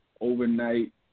overnight